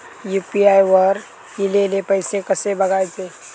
UPI वर ईलेले पैसे कसे बघायचे?